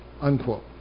Unquote